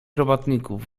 robotników